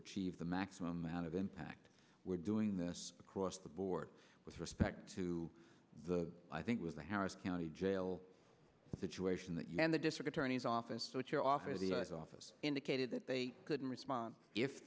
achieve the maximum amount of impact we're doing this across the board with respect to the i think with the harris county jail situation that you and the district attorney's office which your offer the office indicated that they couldn't respond if